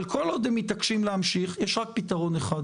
אבל, כל עוד הם מתעקשים להמשיך, יש רק פתרון אחד